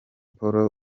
paul